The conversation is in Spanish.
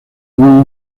muy